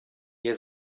ihr